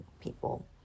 people